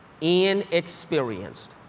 Inexperienced